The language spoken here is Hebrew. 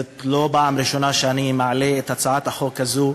זאת לא הפעם הראשונה שאני מעלה את הצעת החוק הזו,